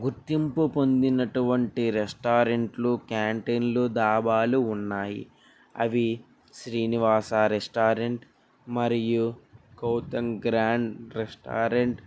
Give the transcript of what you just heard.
గుర్తింపు పొందినటువంటి రెస్టారెంట్లు క్యాంటీన్లు డాబాలు ఉన్నాయి అవి శ్రీనివాస రెస్టారెంట్ మరియు గౌతమ్ గ్రాండ్ రెస్టారెంట్